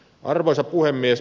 arvoisa puhemies